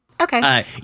Okay